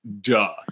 duh